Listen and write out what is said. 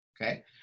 okay